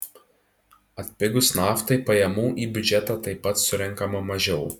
atpigus naftai pajamų į biudžetą taip pat surenkama mažiau